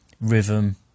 rhythm